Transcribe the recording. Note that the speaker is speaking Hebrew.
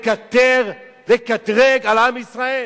לקטר, לקטרג על עם ישראל?